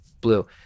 blue